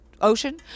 Ocean